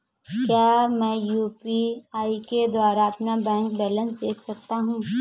क्या मैं यू.पी.आई के द्वारा अपना बैंक बैलेंस देख सकता हूँ?